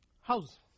house